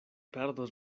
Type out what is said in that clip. perdos